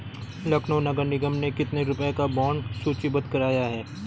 लखनऊ नगर निगम ने कितने रुपए का बॉन्ड सूचीबद्ध कराया है?